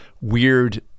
weird